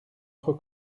trop